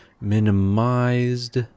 minimized